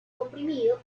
comprimido